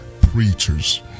preachers